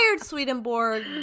Swedenborg